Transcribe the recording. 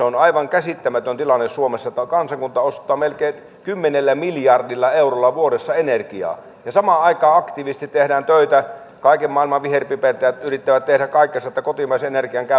on aivan käsittämätön tilanne suomessa että kansakunta ostaa melkein kymmenellä miljardilla eurolla vuodessa energiaa ja samaan aikaan aktiivisesti tehdään töitä kaiken maailman viherpipertäjät yrittävät tehdä kaikkensa että kotimaisen energian käyttö estetään